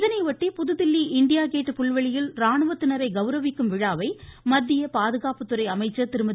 இதையொட்டி புதுடெல்லி India gate புல்வெளியில் ராணுவத்தினரை கௌரவிக்கும் விழாவை மத்திய பாதுகாப்புத்துறை அமைச்சர் திருமதி